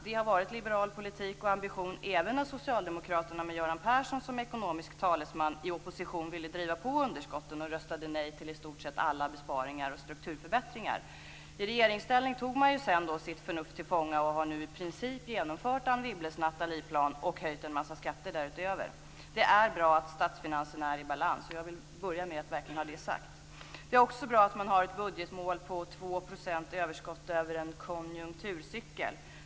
Det har varit liberal politik och ambition även när Socialdemokraterna med Göran Persson som ekonomisk talesman i opposition ville driva upp underskotten och röstade nej till i stort sett alla besparingar och strukturförbättringar. I regeringsställning tog man sedan sitt förnuft till fånga och har nu i princip genomfört Anne Wibbles Nathalieplan. Därutöver har man höjt en massa skatter. Det är bra att statsfinanserna är i balans. Jag vill börja med att verkligen få detta sagt. Det är också bra att man har ett budgetmål på 2 % överskott under en konjunkturcykel.